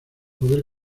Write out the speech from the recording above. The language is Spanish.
poder